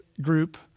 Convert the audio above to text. group